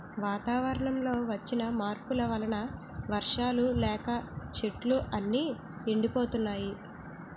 వాతావరణంలో వచ్చిన మార్పుల వలన వర్షాలు లేక చెట్లు అన్నీ ఎండిపోతున్నాయి